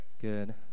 Good